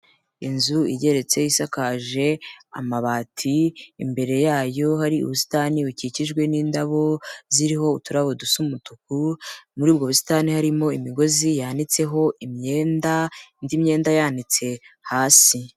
Inzu igeretse isakaje amabati, imbere yayo hari ubusitani bukikijwe n'indabo ziriho uturabo dusa umutuku, muri ubwo busitani harimo imigozi yanitseho imyenda indi myenda yanitse hasi.